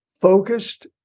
focused